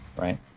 right